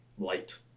light